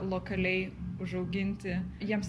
lokaliai užauginti jiems